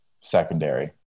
secondary